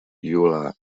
euler